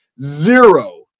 zero